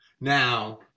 Now